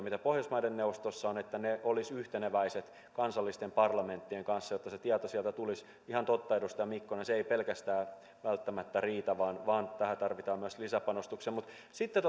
mitä pohjoismaiden neuvostossa on olisivat yhteneväiset kansallisten parlamenttien kanssa jotta se tieto sieltä tulisi ihan totta edustaja mikkonen se ei pelkästään välttämättä riitä vaan vaan tähän tarvitaan myös lisäpanostuksia sitten